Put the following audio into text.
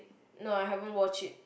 no I haven't watch it